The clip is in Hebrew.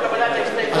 בעקבות קבלת ההסתייגות,